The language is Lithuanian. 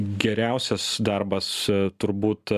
geriausias darbas turbūt